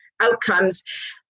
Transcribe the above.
outcomes